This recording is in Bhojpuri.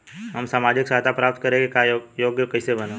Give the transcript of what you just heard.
हम सामाजिक सहायता प्राप्त करे के योग्य कइसे बनब?